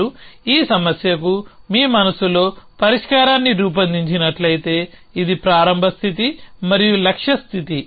మీరు ఈ సమస్యకు మీ మనస్సులో పరిష్కారాన్ని రూపొందించినట్లయితే ఇది ప్రారంభ స్థితి మరియు లక్ష్య స్థితి